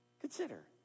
Consider